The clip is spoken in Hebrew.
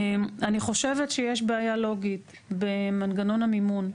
אני חושבת שיש בעיה לוגית במנגנון המימון.